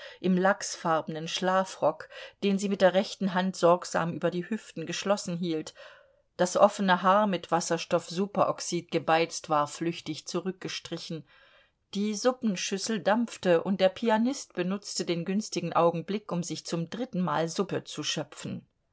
im lachsfarbenen schlafrock den sie mit der rechten hand sorgsam über die hüften geschlossen hielt das offene haar mit wasserstoffsuperoxyd gebeizt war flüchtig zurückgestrichen die suppenschüssel dampfte und der pianist benutzte den günstigen augenblick um sich zum dritten mal suppe zu schöpfen